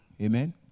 Amen